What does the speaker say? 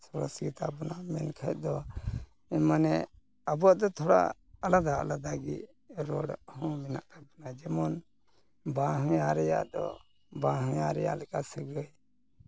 ᱥᱚᱨᱮᱥ ᱜᱮᱛᱟ ᱵᱚᱱᱟ ᱢᱮᱱ ᱠᱷᱟᱡ ᱫᱚ ᱢᱟᱱᱮ ᱟᱵᱚᱣᱟᱜ ᱫᱚ ᱛᱷᱚᱲᱟ ᱟᱞᱟᱫᱟ ᱟᱞᱟᱫᱟ ᱜᱮ ᱨᱚᱲ ᱦᱚᱸ ᱢᱮᱱᱟᱜ ᱛᱟᱵᱚᱱᱟ ᱡᱮᱢᱚᱱ ᱵᱟᱦᱧᱟᱨᱮᱭᱟ ᱫᱚ ᱵᱟᱦᱧᱟᱨᱮᱭᱟ ᱞᱮᱠᱟ ᱥᱟᱹᱜᱟᱹᱭ